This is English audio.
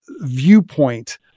viewpoint